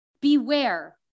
Beware